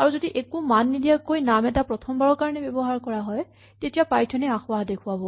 আৰু যদি একো মান নিদিয়াকৈ যদি নাম এটা প্ৰথমবাৰৰ কাৰণে ব্যৱহাৰ কৰা হয় তেতিয়া পাইথন এ আসোঁৱাহ দেখুৱাব